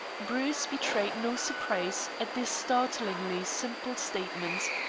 bruce betrayed no surprise at this startlingly simple statement.